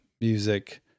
music